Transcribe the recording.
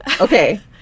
okay